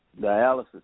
dialysis